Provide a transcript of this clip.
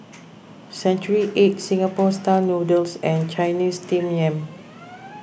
Century Egg Singapore Style Noodles and Chinese Steamed Yam